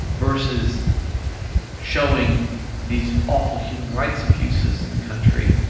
versus showing these awful human rights abuses in the country,